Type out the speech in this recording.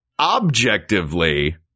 Objectively